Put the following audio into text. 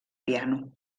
piano